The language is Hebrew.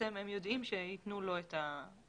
הם יודעים שייתנו לו.